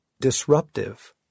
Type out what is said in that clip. Disruptive